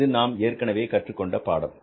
இது நாம் ஏற்கனவே கற்றுக் கொண்ட பாடம்